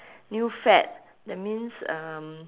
new fad that means um